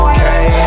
Okay